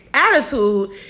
attitude